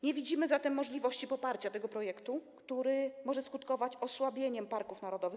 Nie widzimy zatem możliwości poparcia tego projektu, który może skutkować osłabieniem parków narodowych.